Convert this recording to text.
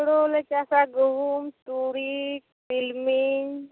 ᱦᱳᱲᱳ ᱞᱮ ᱪᱟᱥᱟ ᱜᱩᱦᱩᱢ ᱛᱩᱲᱤ ᱛᱤᱞᱢᱤᱧ